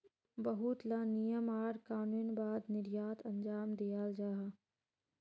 बहुत ला नियम आर कानूनेर बाद निर्यात अंजाम दियाल जाहा